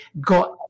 got